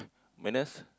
minus